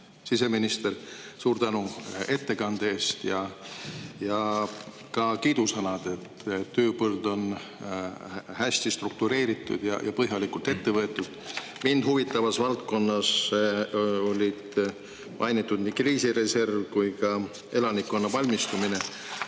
siseminister, suur tänu ettekande eest! Ja ka kiidusõnad selle eest, et tööpõld on hästi struktureeritud ja põhjalikult ette võetud. Mind huvitavast valdkonnast olid mainitud nii kriisireserv kui ka elanikkonna valmistumine. Aga